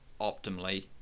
optimally